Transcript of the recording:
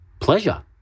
pleasure